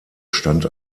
stand